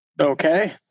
Okay